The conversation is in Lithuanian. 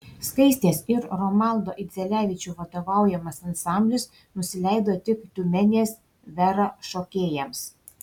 skaistės ir romaldo idzelevičių vadovaujamas ansamblis nusileido tik tiumenės vera šokėjams